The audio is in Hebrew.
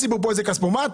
איזה כספומט?